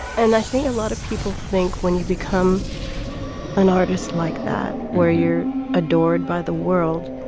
and i think a lot of people think when you become an artist like that, where you're adored by the world,